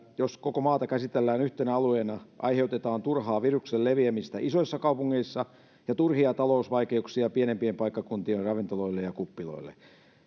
jos koko maata käsitellään yhtenä alueena aiheutetaan turhaa viruksen leviämistä isoissa kaupungeissa ja turhia talousvaikeuksia pienempien paikkakuntien ravintoloille ja ja kuppiloille